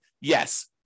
yes